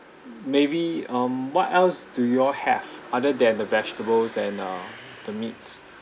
maybe um what else do you all have other than the vegetables and uh the meats